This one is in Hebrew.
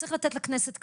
צריך לתת לכנסת כבוד,